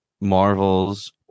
Marvel's